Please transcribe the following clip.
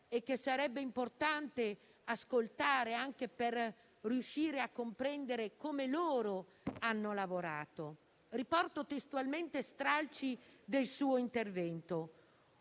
e che sarebbe importante ascoltare anche per riuscire a comprendere come loro hanno lavorato. Riporto stralci del suo intervento: